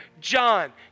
John